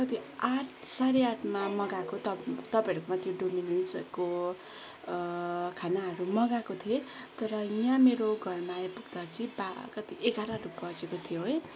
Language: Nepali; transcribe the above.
कति आठ साढे आठमा मगाएको त तपाईँहरूकोमा त्यो डोमिनेन्सहरूको खानाहरू मगाएको थिएँ तर यहाँ मेरो घरमा आइपुग्दा चाहिँ ताप कति एघारहरू बजेको थियो है